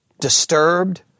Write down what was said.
disturbed